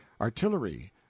artillery